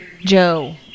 Joe